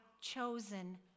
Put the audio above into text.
chosen